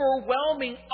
overwhelming